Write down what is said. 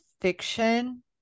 fiction